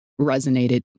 resonated